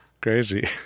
Crazy